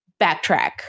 backtrack